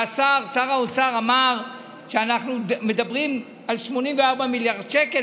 שר האוצר אמר שאנחנו מדברים על 84 מיליארד שקל,